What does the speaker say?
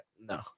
no